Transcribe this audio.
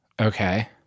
Okay